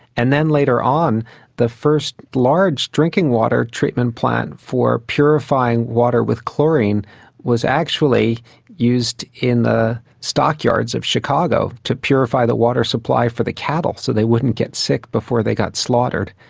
and then later on the first large drinking water treatment plant for purifying water with chlorine was actually used in the stockyards of chicago to purify the water supply for the cattle so they wouldn't get sick before they got slaughtered.